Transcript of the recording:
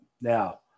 now